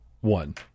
one